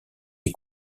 des